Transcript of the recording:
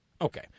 Okay